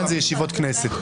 כאן אלו ישיבות כנסת.